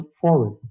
forward